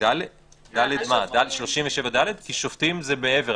כי שופטים זה מעבר.